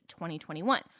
2021